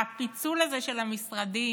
הפיצול הזה של המשרדים,